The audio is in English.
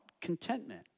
contentment